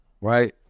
right